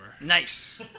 Nice